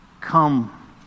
Come